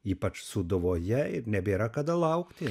ypač sūduvoje ir nebėra kada laukti